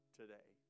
today